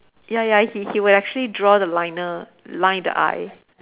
ya ya he he would actually draw the liner line the eye